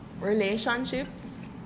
relationships